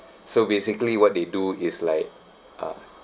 so basically what they do is like ah